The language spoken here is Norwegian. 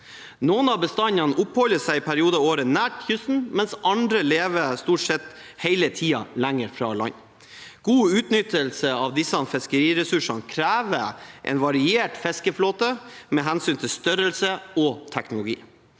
Noen av bestandene oppholder seg i perioder av året nær kysten, mens andre lever stort sett hele tiden lenger fra land. God utnyttelse av disse fiskeressursene krever en variert fiskeflåte med hensyn til størrelse og teknologi.